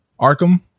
Arkham